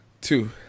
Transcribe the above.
Two